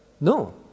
No